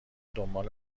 دنبال